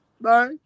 Bye